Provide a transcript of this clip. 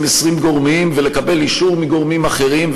עשרים גורמים ולקבל אישור מגורמים אחרים,